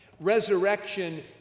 Resurrection